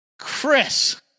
Chris